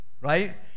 Right